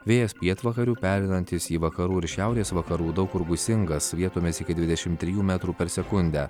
vėjas pietvakarių pereinantis į vakarų ir šiaurės vakarų daug kur gūsingas vietomis iki dvidešim trijų metrų per sekundę